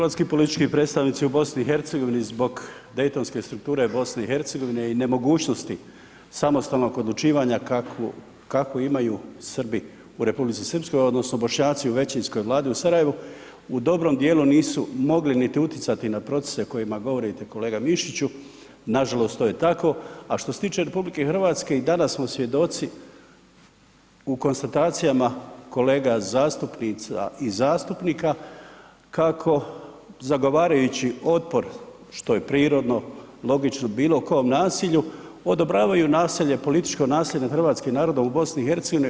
Hrvatski politički predstavnici u BiH zbog Daytonske strukture BiH i nemogućnosti samostalnog odlučivanja, kakvu imaju Srbi u Republici Srpskoj odnosno Bošnjaci u većinskoj vladi u Sarajevu, u dobrom dijelu nisu mogli niti utjecati na procese o kojima govorite kolega Mišiću, nažalost to je tako, a što se tiče RH i danas smo svjedoci u konstatacijama kolega zastupnica i zastupnika kako zagovarajući otpor što je prirodno, logično o bilo kom nasilju, odobravaju nasilje političko nasilje nad hrvatskim narodom u BiH.